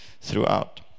throughout